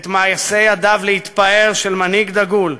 את מעשי ידיו להתפאר של מנהיג דגול,